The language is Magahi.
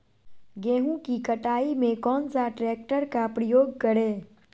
गेंहू की कटाई में कौन सा ट्रैक्टर का प्रयोग करें?